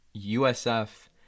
USF